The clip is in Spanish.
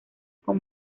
con